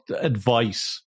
advice